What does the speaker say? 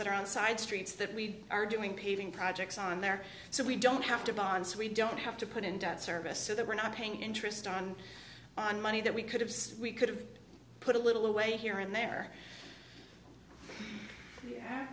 that are on side streets that we are doing paving projects on there so we don't have to bonds we don't have to put into service so that we're not paying interest on on money that we could have sweet could have put a little away here and there